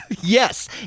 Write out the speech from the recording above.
Yes